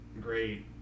great